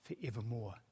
forevermore